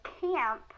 Camp